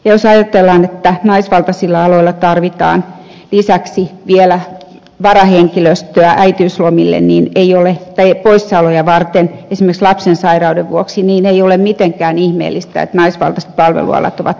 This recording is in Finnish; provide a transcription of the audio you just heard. jos ajatellaan että naisvaltaisilla aloilla tarvitaan lisäksi vielä varahenkilöistä äitiyslomilleen niin ei ole varahenkilöstöä poissaoloja varten esimerkiksi lapsen sairauden vuoksi niin ei ole mitenkään ihmeellistä että naisvaltaiset palvelualat ovat vaikeuksissa